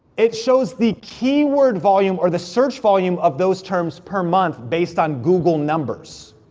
it shows the keyword volume, or the search volume of those terms per month based on google numbers.